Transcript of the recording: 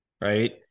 Right